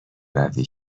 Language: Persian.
روی